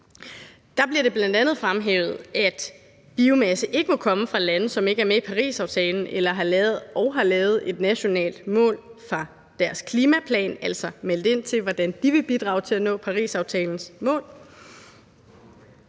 Der bliver det bl.a. fremhævet, at biomasse ikke må komme fra lande, som ikke er med i Parisaftalen og ikke har lavet et nationalt mål for deres klimaplan, altså meldt ud, hvordan de vil bidrage til at nå Parisaftalens mål,